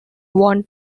want